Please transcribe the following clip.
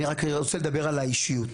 אני רק רוצה לדבר על האישיות.